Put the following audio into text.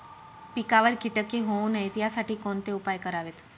पिकावर किटके होऊ नयेत यासाठी कोणते उपाय करावेत?